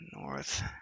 North